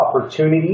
opportunity